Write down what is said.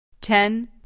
Ten